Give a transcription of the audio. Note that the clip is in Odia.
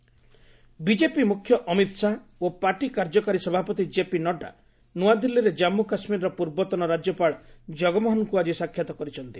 ଅମିତ ଶାହା ଜଗମୋହନ ବିଜେପି ମୁଖ୍ୟ ଅମିତ ଶାହା ଓ ପାର୍ଟି କାର୍ଯ୍ୟକାରୀ ସଭାପତି ଜେପି ନଡ୍ରା ନୂଆଦିଲ୍ଲୀରେ କାମ୍ମୁ କାଶ୍ମୀରର ପୂର୍ବତନ ରାଜ୍ୟପାଳ ଜଗମୋହନଙ୍କୁ ଆଜି ସାକ୍ଷାତ କରିଛନ୍ତି